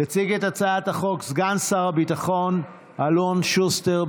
יציג את הצעת החוק סגן שר הביטחון אלון שוסטר,